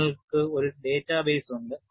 നിങ്ങൾക്ക് ഒരു ഡാറ്റാബേസ് ഉണ്ട്